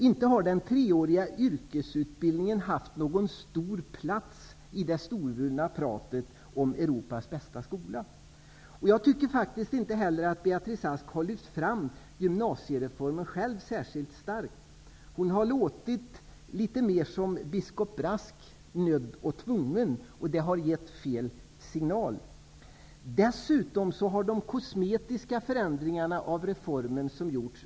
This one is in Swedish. Inte har den treåriga yrkesutbildningen haft någon stor plats i det storvulna pratet om Europas bästa skola. Jag tycker faktiskt inte heller att Beatrice Ask själv har lyft fram gymnasiereformen särskilt starkt. Hon har låtit litet mer som biskop Brask, nödd och tvungen. Det har gett fel signal. Dessutom har de kosmetiska förändringarna av reformen överdrivits.